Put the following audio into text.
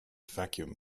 vacuum